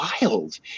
wild